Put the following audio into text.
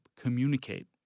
communicate